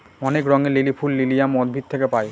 অনেক রঙের লিলি ফুল লিলিয়াম উদ্ভিদ থেকে পায়